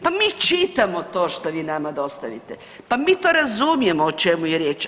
Pa mi čitamo to šta vi nama dostavite, pa mi to razumijemo o čemu je riječ.